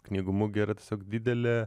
knygų mugė yra tiesog didelė